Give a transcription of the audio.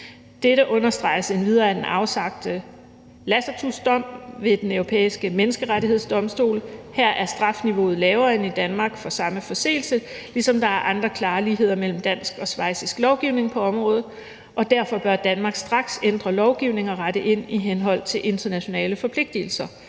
Dette understreges endvidere af den afsagte Lacatusdom ved Den Europæiske Menneskerettighedsdomstol. Her er strafniveauet lavere end i Danmark for samme forseelse, ligesom der er andre klare ligheder mellem dansk og schweizisk lovgivning på området, og derfor bør Danmark straks ændre lovgivning og rette ind i henhold til internationale forpligtigelser.